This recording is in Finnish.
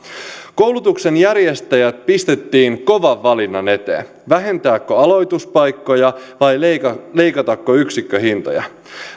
koulutuksenjärjestäjät pistettiin kovan valinnan eteen vähentääkö aloituspaikkoja vai leikatako leikatako yksikköhintoja